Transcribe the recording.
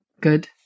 Good